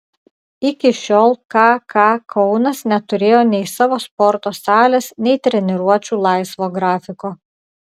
iki šiol kk kaunas neturėjo nei savo sporto salės nei treniruočių laisvo grafiko